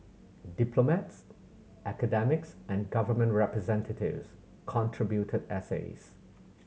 diplomats academics and government representatives contributed essays